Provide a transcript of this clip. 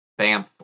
BAMF